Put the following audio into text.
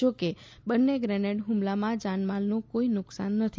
જોકે બંને ગ્રેનેડ હુમલામાં જાનમાલનું કોઈ નુકસાન થયું નથી